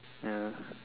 ya